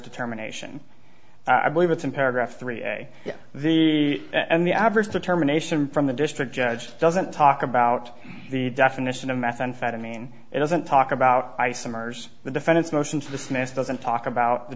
determination i believe it's in paragraph three the and the average determination from the district judge doesn't talk about the definition of methamphetamine it doesn't talk about isomers the defendant's motion to dismiss doesn't talk about the